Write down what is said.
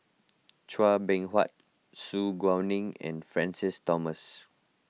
Chua Beng Huat Su Guaning and Francis Thomas